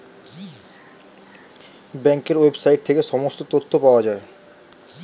ব্যাঙ্কের ওয়েবসাইট থেকে সমস্ত তথ্য পাওয়া যায়